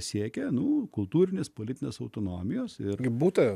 siekia anų kultūrinės politinės autonomijos irgi būta